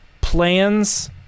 plans